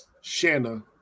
Shanna